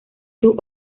sus